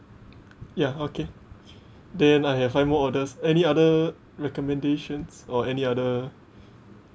ya okay then I have five more orders any other recommendations or any other